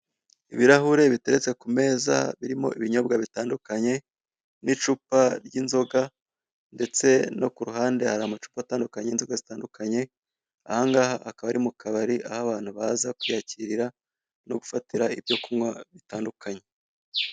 Ibirahure biteretse ku meza birimo ibinyobwa btandukanye n'icupa ry'inzoga ndetse no ku ruhande hari amacupa atandukanye y'inzoga zitandukanye ahangaha akaba ari mu kabari aho abantu baza kwiyakirira no gufatira ibyo kunywa bitandukanye.